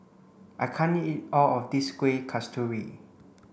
I can't eat all of this Kueh Kasturi